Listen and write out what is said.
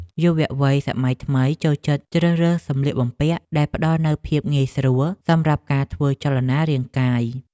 យុវវ័យសម័យថ្មីចូលចិត្តជ្រើសរើសសម្លៀកបំពាក់ដែលផ្ដល់នូវភាពងាយស្រួលសម្រាប់ការធ្វើចលនារាងកាយ។